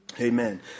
Amen